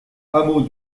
hameau